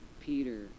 Peter